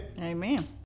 Amen